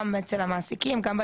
לא, אני לא מקבלת את זה,